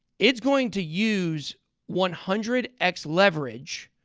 it's going to use one hundred x leverage.